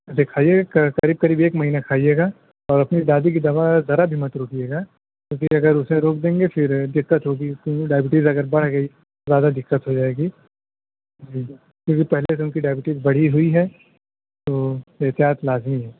دکھائیے گا قریب قریب ایک مہینہ کھائیے گا اور اپنی دادی کی دوا ذرا بھی مت روکیے گا کیونکہ اگر اسے روک دیں گے پھر دقت ہوگی کیونکہ ڈائبٹیز اگر بڑھ گئی زیادہ دقت ہو جائے گی جی کیونکہ پہلے سے ان کی ڈائبٹیز بڑھی ہوئی ہے تو احتیاط لازم ہے